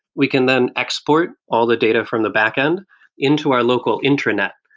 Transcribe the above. we can then export all the data from the backend into our local intranet.